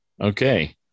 okay